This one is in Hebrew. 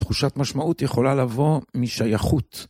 תחושת משמעות יכולה לבוא משייכות.